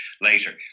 later